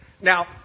Now